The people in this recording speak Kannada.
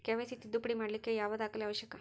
ಕೆ.ವೈ.ಸಿ ತಿದ್ದುಪಡಿ ಮಾಡ್ಲಿಕ್ಕೆ ಯಾವ ದಾಖಲೆ ಅವಶ್ಯಕ?